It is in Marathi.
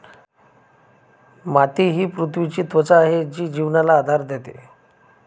माती ही पृथ्वीची त्वचा आहे जी जीवनाला आधार देते